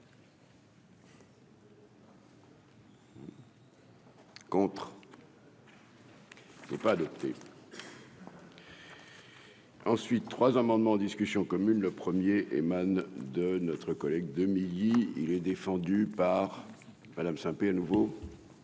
pour. Il n'est pas adopté. Ensuite trois amendements en discussion commune le 1er émanent de notre collègue Demilly il est défendu par Me zapper à nouveau.